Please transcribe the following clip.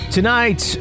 tonight